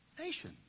nation